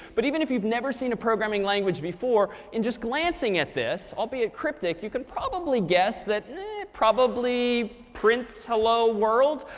but even if you've never seen a programming language before, in just glancing at this, all be it cryptic, you can probably guess that probably prints hello world.